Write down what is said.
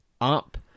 up